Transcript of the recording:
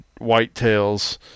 whitetails